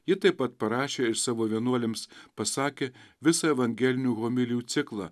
ji taip pat parašė ir savo vienuolėms pasakė visą evangelinių homilijų ciklą